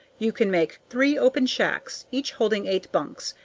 you can make three open shacks, each holding eight bunks,